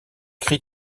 crie